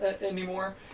anymore